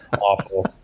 awful